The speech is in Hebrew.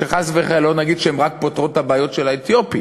וחס וחלילה לא נגיד שהן פותרות רק את הבעיות של האתיופים,